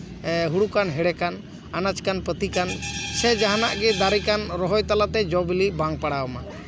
ᱦᱳᱲᱳ ᱠᱟᱱ ᱦᱮᱲᱮ ᱠᱟᱱ ᱟᱱᱟᱡᱽ ᱠᱟᱱ ᱯᱟᱹᱛᱤ ᱠᱟᱱ ᱥᱮ ᱡᱟᱦᱟᱱᱟᱜ ᱜᱮ ᱫᱟᱨᱮ ᱠᱟᱱ ᱨᱚᱦᱚᱭ ᱛᱟᱞᱟᱛᱮ ᱡᱚ ᱵᱤᱞᱤ ᱵᱟᱝ ᱯᱟᱲᱟᱣ ᱟᱢᱟ